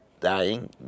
dying